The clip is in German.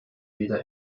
weder